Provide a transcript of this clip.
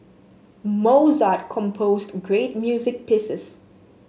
Mozart composed great music pieces